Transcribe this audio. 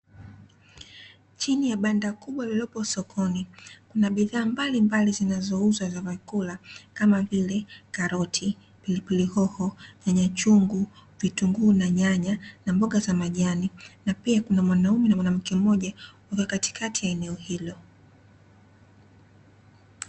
Chini ya banda kubwa lililopo sokoni, kuna bidhaa mbalimbali zinazouzwa za vyakula kama vile: karoti, pilipili hoho, nyanya chungu, vitunguu, na nyanya, na mboga za majani na pia kuna mwanaume na mwanamke mmoja wakiwa katikati ya eneo hilo.